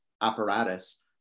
apparatus